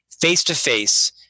face-to-face